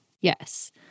Yes